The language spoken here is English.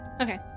Okay